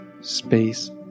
Space